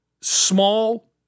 small